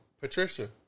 Patricia